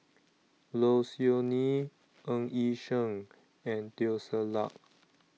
Low Siew Nghee Ng Yi Sheng and Teo Ser Luck